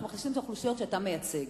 אנחנו מחלישים את האוכלוסיות שאתה מייצג,